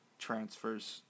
transfers